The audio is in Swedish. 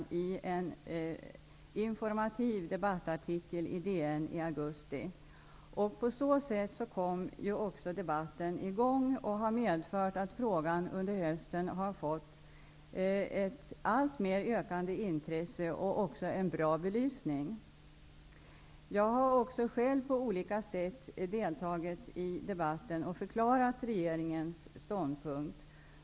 Det gjorde jag i en informativ debattartikel i DN i augusti. På det sättet kom debatten i gång, och därigenom har intresset för frågan under hösten blivit allt större. Frågan har alltså fått en bra belysning. Jag har också själv på olika sätt deltagit i debatten och förklarat regeringens ståndpunkt.